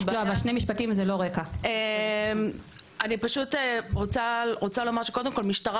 אני פשוט רוצה לומר שקודם כול משטרה